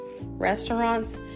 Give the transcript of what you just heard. restaurants